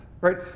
right